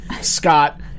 Scott